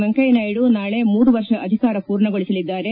ವೆಂಕಯ್ಯನಾಯ್ದು ನಾಳೆ ಮೂರು ವರ್ಷ ಅಧಿಕಾರ ಪೂರ್ಣಗೊಳಿಸಲಿದ್ದಾರೆ